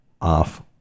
off